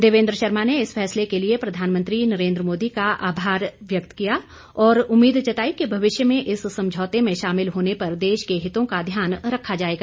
देवेंद्र शर्मा ने इस फैसले के लिए प्रधानमंत्री नरेंद्र मोदी का आभार व्यक्त किया और उम्मीद जताई कि भविष्य में इस समझौते में शामिल होने पर देश के हितों का ध्यान रखा जाएगा